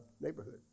neighborhood